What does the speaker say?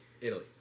Italy